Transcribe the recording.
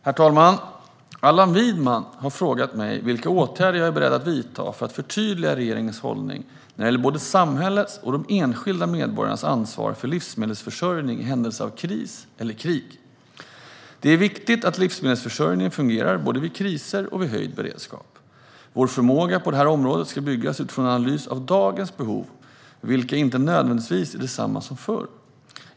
Herr talman! Allan Widman har frågat mig vilka åtgärder jag är beredd att vidta för att förtydliga regeringens hållning när det gäller både samhällets och de enskilda medborgarnas ansvar för livsmedelsförsörjning i händelse av kris eller krig. Det är viktigt att livsmedelsförsörjningen fungerar både vid kriser och vid höjd beredskap. Vår förmåga på det här området ska byggas utifrån en analys av dagens behov, vilka inte nödvändigtvis är desamma som förr.